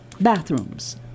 Bathrooms